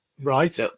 right